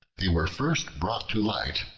they were first brought to light,